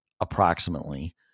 approximately